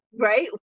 Right